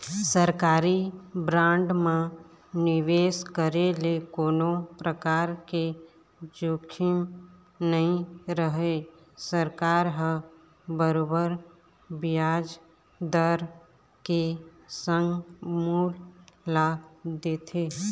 सरकारी बांड म निवेस करे ले कोनो परकार के जोखिम नइ रहय सरकार ह बरोबर बियाज दर के संग मूल ल देथे